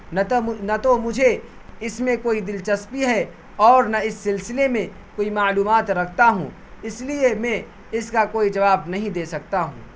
نہ نہ تو مجھے اس میں کوئی دلچسپی ہے اور نہ اس سلسلے میں کوئی معلومات رکھتا ہوں اس لیے میں اس کا کوئی جواب نہیں دے سکتا ہوں